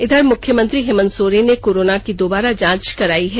इधर मुख्यमंत्री हेमंत सोरेन ने कोरोना की दोबारा जांच करायी है